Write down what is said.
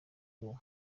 wowe